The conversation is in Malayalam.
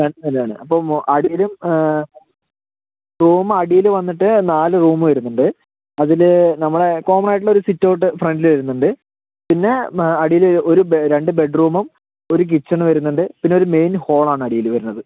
രണ്ട് നിലയാണ് അപ്പോൾ അടിയിലും റൂമടിയില് വന്നിട്ട് നാല് റൂമ് വരുന്നുണ്ട് അതില് നമ്മള് കോമണായിട്ടുള്ള സിറ്റ് ഔട്ട് ഫ്രണ്ടില് വരുന്നുണ്ട് പിന്നെ അടിയില് ഒര് രണ്ട് ബെഡ് റൂമും ഒരു കിച്ചൺ വരുന്നുണ്ട് പിന്നൊരു മെയിൻ ഹോളാണ് അടിയില് വരുന്നത്